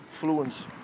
fluence